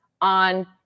on